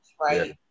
right